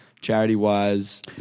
charity-wise